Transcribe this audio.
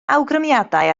awgrymiadau